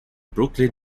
brooklyn